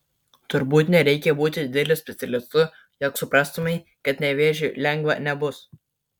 turbūt nereikia būti dideliu specialistu jog suprastumei kad nevėžiui lengva nebus